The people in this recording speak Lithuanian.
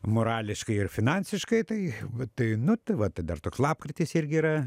morališkai ir finansiškai tai va tai nu tai va tai dar toks lapkritis irgi yra